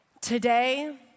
today